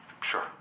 sure